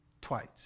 twice